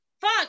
fuck